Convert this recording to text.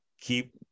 keep